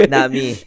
Nami